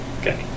Okay